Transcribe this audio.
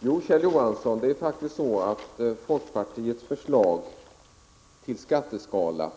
Prot. 1985/86:158 Herr talman! Jo, Kjell Johansson, det är faktiskt så att folkpartiets förslag 2 juni 1986 till skatteskala